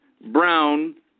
brown